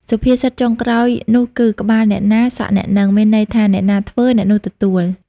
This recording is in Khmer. សុភាសិតចុងក្រោយនោះគឺ ក្បាលអ្នកណាសក់អ្នកហ្នឹង មានន័យថា អ្នកណាធ្វើ អ្នកនោះទទួល ។